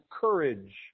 courage